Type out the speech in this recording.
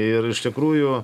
ir iš tikrųjų